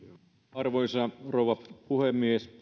arvoisa rouva puhemies